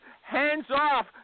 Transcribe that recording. hands-off